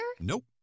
Nope